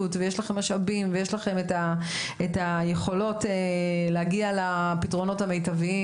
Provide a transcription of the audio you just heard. ויש לכם משאבים ויש לכם את היכולות להגיע לפתרונות המיטביים,